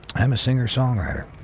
i'm a singer-songwriter.